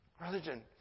Religion